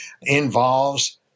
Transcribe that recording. involves